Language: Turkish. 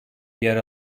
yer